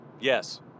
Yes